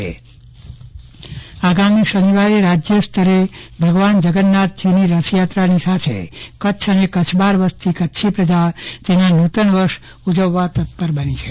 ચંદ્રવદન પટ્ટણી કચ્છી નવા વર્ષની તૈયારી આગામી શનિવારે રાજય સ્તરે ભગવાન જગન્નાથજીની રથયાત્રાની સાથે કચ્છ અને કચ્છ બહાર વસતા કચ્છી પ્રજા તેના નૂતન વર્ષ ઉજવવા તત્પર બની છે